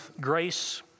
grace